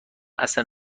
اصلا